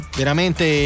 veramente